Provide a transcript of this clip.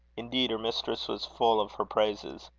indeed, her mistress was full of her praises.